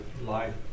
life